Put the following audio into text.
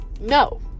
No